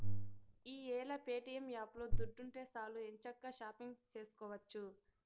ఈ యేల ప్యేటియం యాపులో దుడ్డుంటే సాలు ఎంచక్కా షాపింగు సేసుకోవచ్చు